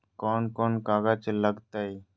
कौन कौन कागज लग तय?